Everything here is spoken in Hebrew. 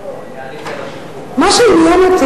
לא, זה לא קשור אלי.